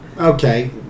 Okay